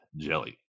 jelly